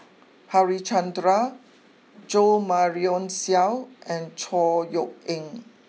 Harichandra Jo Marion Seow and Chor Yeok Eng